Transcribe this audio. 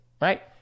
right